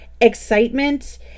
excitement